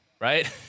right